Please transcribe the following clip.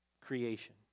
creation